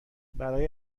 برای